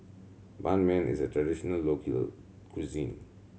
Ban Mian is a traditional local cuisine